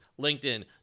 LinkedIn